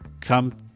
come